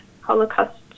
Holocaust